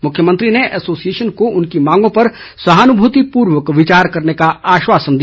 मुख्यमंत्री ने एसोसिएशन को उनकी मांगों पर सहानुभूतिपूर्वक विचार करने का आश्वासन दिया